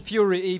Fury